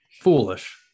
foolish